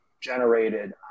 generated